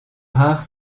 rares